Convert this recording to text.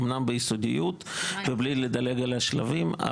אמנם ביסודיות, בלי לדלג על השלבים.